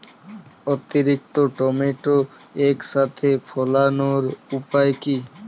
অতিরিক্ত টমেটো একসাথে ফলানোর উপায় কী?